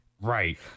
Right